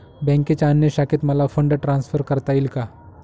बँकेच्या अन्य शाखेत मला फंड ट्रान्सफर करता येईल का?